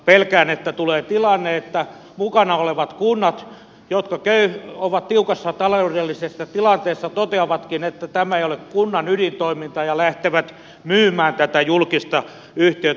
pelkään että tulee tilanne jossa mukana olevat kunnat jotka ovat tiukassa taloudellisessa tilanteessa toteavatkin että tämä ei ole kunnan ydintoimintaa ja lähtevät myymään tätä julkista yhtiötä